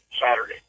Saturday